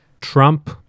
Trump